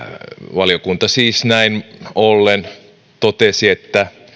valiokunta siis näin ollen totesi että